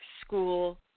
school